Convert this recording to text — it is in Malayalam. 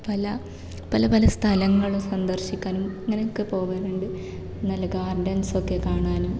പല പല പല സ്ഥലങ്ങൾ സന്ദർശിക്കാനും ഇങ്ങനെ ഒക്കെ പോവാറുണ്ട് നല്ല ഗാർഡൻസ്സൊക്കെ കാണാനും